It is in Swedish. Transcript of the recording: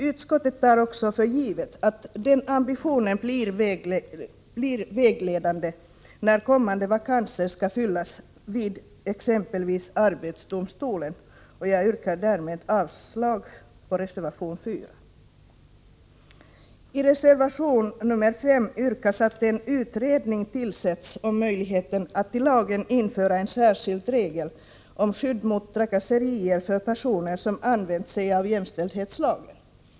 Utskottet tar också för givet att den ambitionen blir vägledande, när kommande vakanser skall fyllas vid exempelvis arbetsdomstolen, och jag yrkar därmed avslag på reservation 4. I reservation 5 föreslås att en utredning tillsätts om möjligheten att i lagen införa en särskild regel som skydd mot trakasserier för personer som använt sig av jämställdhetslagen.